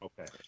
Okay